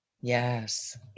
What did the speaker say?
Yes